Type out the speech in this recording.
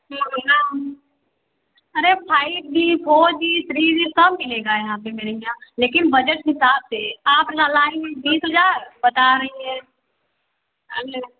महंगा अरे five G four G three G सब मिलेगा यहाँ पर मेरे यहाँ लेकिन बजट हिसाब से आप ना लाई हैं बीस हजार बता रही हैं